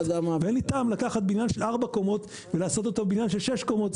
ואין לי טעם לקחת בניין של ארבע קומות ולעשות אותו בניין של שש קומות,